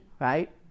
right